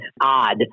odd